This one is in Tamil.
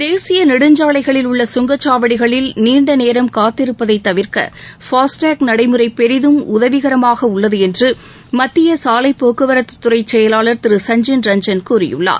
தேசிய நெடுஞ்சாலைகளில் உள்ள சுங்கச்சாவடிகளில் நீண்டநேரம் காத்திருப்பதைத் தவிர்க்க பாஸ்டேக் நடைமுறை பெரிதம் உதவிகரமாக உள்ளது என்று மத்திய சாலைப் போக்குவரத்தத்துறை செயலாளர் திரு சஞ்சீன் ரஞ்சன் கூறியுள்ளார்